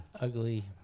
Ugly